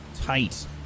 tight